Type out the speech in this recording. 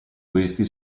questi